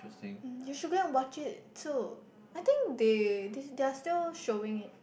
you should go and watch it too I think they they they are still showing it